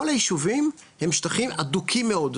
כל היישובים הם שטחים אדוקים מאוד,